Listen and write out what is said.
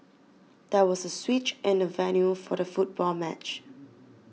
there was a switch in the venue for the football match